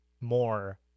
more